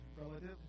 relative